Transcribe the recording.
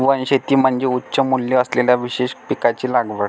वनशेती म्हणजे उच्च मूल्य असलेल्या विशेष पिकांची लागवड